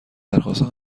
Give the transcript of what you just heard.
درخواست